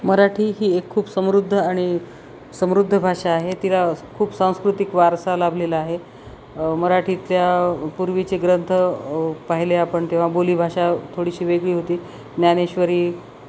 मराठी ही एक खूप समृद्ध आणि समृद्ध भाषा आहे तिला खूप सांस्कृतिक वारसा लाभलेला आहे मराठीतल्या पूर्वीचे ग्रंथ पाहिले आपण तेव्हा बोलीभाषा थोडीशी वेगळी होती ज्ञानेश्वरी